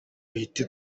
duhita